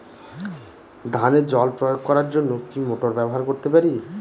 ধানে জল প্রয়োগ করার জন্য কি মোটর ব্যবহার করতে পারি?